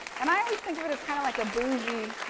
and, i always think of it as kind of like a boujee,